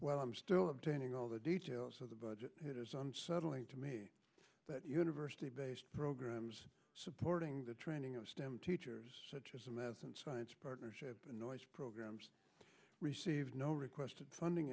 well i'm still obtaining all the details of the budget that is unsettling to me but university based programs are supporting the training of stem teachers such as a math and science partnership annoys programs receive no requested funding